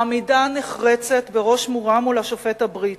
העמידה הנחרצת בראש מורם מול השופט הבריטי,